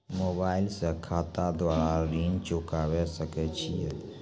Mobile से खाता द्वारा ऋण चुकाबै सकय छियै?